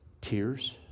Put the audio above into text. tears